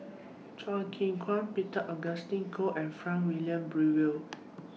Chew Kheng Chuan Peter Augustine Goh and Frank Wilmin Brewer